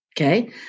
Okay